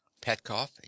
Petkoff